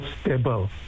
stable